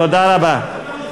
תודה רבה.